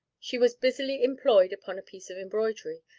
she was busily employed upon a piece of embroidery,